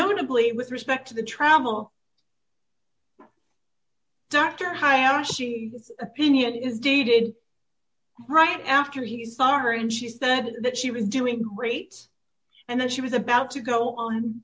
notably with respect to the travel doctor opinion is dated right after he's sorry and she said that she was doing great and that she was about to go on